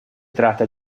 tratta